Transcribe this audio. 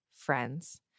friends